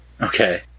Okay